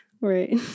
Right